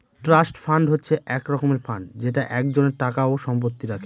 trust fund হচ্ছে এক রকমের ফান্ড যেটা একজনের টাকা ও সম্পত্তি রাখে